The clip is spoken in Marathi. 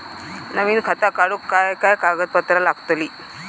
नवीन खाता काढूक काय काय कागदपत्रा लागतली?